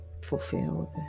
fulfilled